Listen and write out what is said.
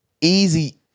Easy